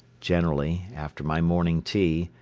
generally, after my morning tea,